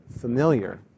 familiar